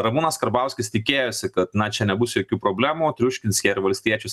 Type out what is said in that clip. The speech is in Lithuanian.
ramūnas karbauskis tikėjosi kad na čia nebus jokių problemų triuškins jie ir valstiečius